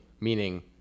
Meaning